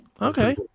Okay